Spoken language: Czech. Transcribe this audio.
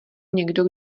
někdo